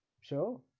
sure